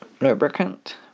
lubricant